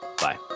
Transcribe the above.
Bye